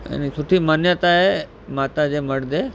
अने सुठी मान्यता आहे माता जे मड ते